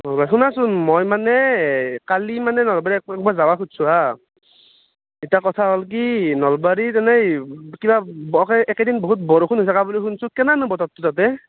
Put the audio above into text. ৰ'বা শুনাছোন মই মানে কালি মানে নলবাৰী একবাৰ যাব খুজছোঁ হা ইতা কথা হ'ল কি নলবাৰীত এনেই কিবা ব'কে কিবা এইকেইদিন বহুত বৰষুণ হৈ থকা শুনছোঁ কেনেনো বতৰটো তাতে